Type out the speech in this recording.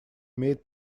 имеет